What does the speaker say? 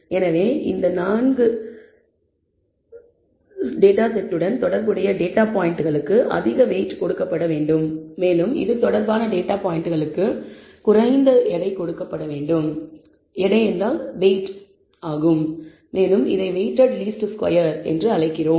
எனவே இந்த 4 உடன் தொடர்புடைய டேட்டா பாயிண்ட்களுக்கு அதிக வெயிட் கொடுக்கப்பட வேண்டும் மேலும் இது தொடர்பான டேட்டா பாயிண்ட்களுக்கு குறைந்த வெயிட் கொடுக்கப்பட வேண்டும் மேலும் இதை வெயிட்டெட் லீஸ்ட் ஸ்கொயர் என்று அழைக்கிறோம்